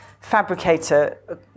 fabricator